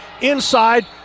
Inside